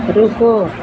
रुको